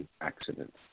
accident